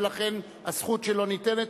ולכן הזכות שלו ניתנת,